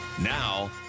Now